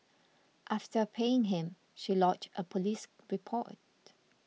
after paying him she lodged a police report